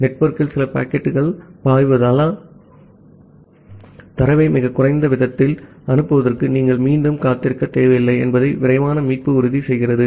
நெட்வொர்க்கில் சில பாக்கெட்டுகள் பாய்வதால் தரவை மிகக் குறைந்த விகிதத்தில் அனுப்புவதற்கு நீங்கள் மீண்டும் காத்திருக்க தேவையில்லை என்பதை விரைவான மீட்பு உறுதி செய்கிறது